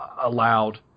allowed